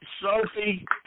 Sophie